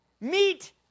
Meet